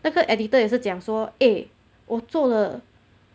那个 editor 也是讲说 eh 我做了